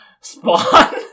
spawn